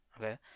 Okay